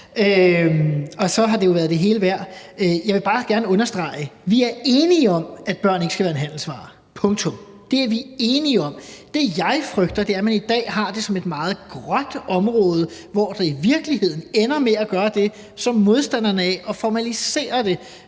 og så har det jo været det hele værd. Jeg vil bare gerne understrege, at vi er enige om, at børn ikke skal være en handelsvare – punktum. Det er vi enige om. Det, jeg frygter, er, at man i dag har det som et meget gråt område, hvilket i virkeligheden ender med at gøre det, som modstanderne af at formalisere det